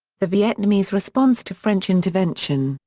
the vietnamese response to french intervention,